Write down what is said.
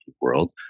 world